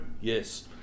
yes